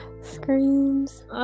screams